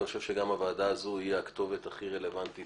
ואני חושב שגם הוועדה הזו היא הכתובת הכי רלוונטית